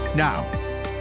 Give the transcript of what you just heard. Now